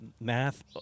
math